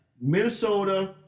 Minnesota